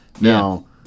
Now